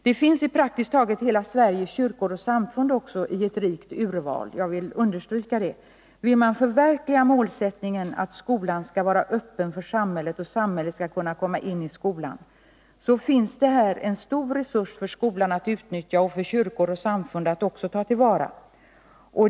De finns också i kyrkor och samfund i praktiskt taget hela Sverige i ett rikt urval — jag vill understryka det. Vill man förverkliga målsättningen att skolan skall vara öppen för samhället och samhället skall kunna komma in i skolan, finns här en stor resurs för skolan att utnyttja och för kyrkor och samfund att också ta till vara.